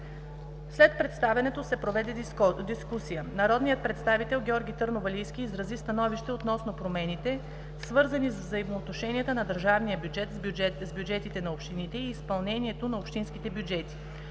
След представянето се проведе дискусия. Народният представител Георги Търновалийски изрази становище относно промените, свързани с взаимоотношенията на държавния бюджет с бюджетите на общините и изпълнението на общинските бюджети,